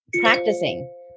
Practicing